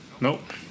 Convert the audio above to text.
Nope